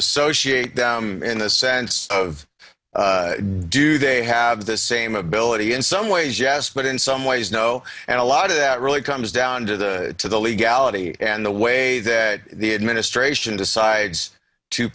associate them in the sense of do they have the same ability in some ways yes but in some ways no and a lot of that really comes down to the to the legality and the way that the administration decides to